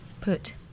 put